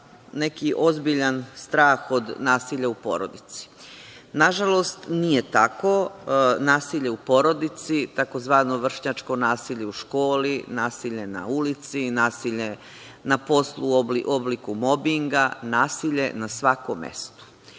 neki ozbiljan strah od nasilja u porodici. Nažalost, nije tako. Nasilje u porodici, tzv. vršnjačko nasilje u školi, nasilje na ulici, nasilje na poslu u obliku mobinga, nasilje na svakom mestu.